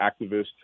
activist